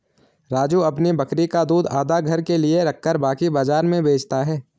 राजू अपनी बकरी का दूध आधा घर के लिए रखकर बाकी बाजार में बेचता हैं